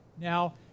Now